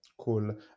cool